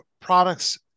products